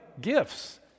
gifts